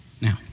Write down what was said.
Now